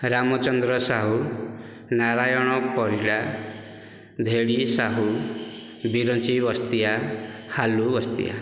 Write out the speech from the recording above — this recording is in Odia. ରାମଚନ୍ଦ୍ର ସାହୁ ନାରାୟଣ ପରିଡ଼ା ଧେଡ଼ି ସାହୁ ବିରଞ୍ଚି ବସ୍ତିଆ ହାଲୁ ବସ୍ତିଆ